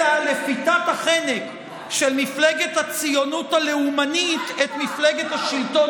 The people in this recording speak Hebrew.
אלא לפיתת החנק של מפלגת הציונות הלאומנית את מפלגת השלטון,